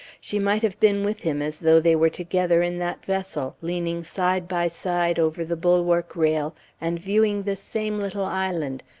she might have been with him as though they were together in that vessel, leaning side by side over the bulwark-rail and viewing this same little island,